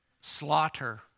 slaughter